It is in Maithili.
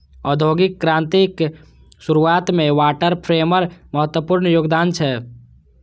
औद्योगिक क्रांतिक शुरुआत मे वाटर फ्रेमक महत्वपूर्ण योगदान छै